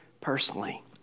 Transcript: personally